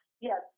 Yes